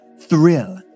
thrill